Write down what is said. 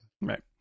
Right